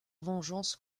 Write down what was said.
vengeance